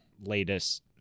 latest